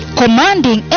commanding